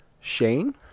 Shane